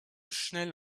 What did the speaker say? schnell